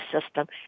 system